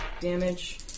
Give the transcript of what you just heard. Damage